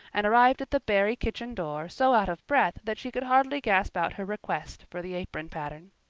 and arrived at the barry kitchen door so out of breath that she could hardly gasp out her request for the apron pattern.